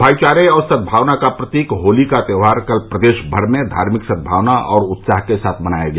भाईचारे और सद्भावना का प्रतीक होली का त्योहार कल प्रदेश भर में धार्मिक सद्भावना और उत्साह के साथ मनाया गया